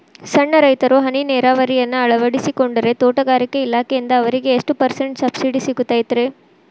ಸಣ್ಣ ರೈತರು ಹನಿ ನೇರಾವರಿಯನ್ನ ಅಳವಡಿಸಿಕೊಂಡರೆ ತೋಟಗಾರಿಕೆ ಇಲಾಖೆಯಿಂದ ಅವರಿಗೆ ಎಷ್ಟು ಪರ್ಸೆಂಟ್ ಸಬ್ಸಿಡಿ ಸಿಗುತ್ತೈತರೇ?